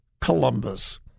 Columbus